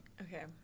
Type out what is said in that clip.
Okay